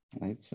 right